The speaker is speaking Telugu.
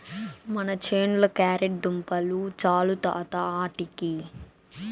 మన చేనుల క్యారెట్ దుంపలు చాలు తాత ఆటికి